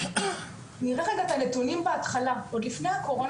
ניקח את הנתונים בהתחלה עוד לפני הקורונה,